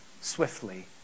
swiftly